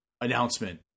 announcement